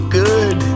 good